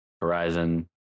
Horizon